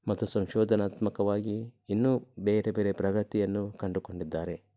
ಮತ್ತು ಸಂಶೋಧನಾತ್ಮಕವಾಗಿ ಇನ್ನೂ ಬೇರೆ ಬೇರೆ ಪ್ರಗತಿಯನ್ನು ಕಂಡುಕೊಂಡಿದ್ದಾರೆ